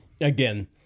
again